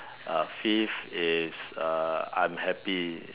uh fifth is uh I'm happy